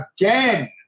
Again